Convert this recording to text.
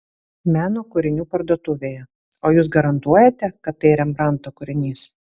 meno kūrinių parduotuvėje o jūs garantuojate kad tai rembrandto kūrinys